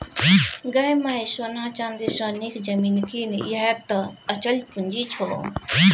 गै माय सोना चानी सँ नीक जमीन कीन यैह टा अचल पूंजी छौ